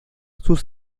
sus